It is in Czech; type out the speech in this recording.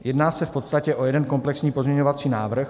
Jedná se v podstatě o jeden komplexní pozměňovací návrh.